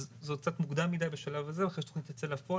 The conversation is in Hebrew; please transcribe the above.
אז זה עוד קצת מוקדם מדי בשלב הזה אבל אחרי שהתוכנית תצא לפועל,